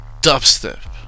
dubstep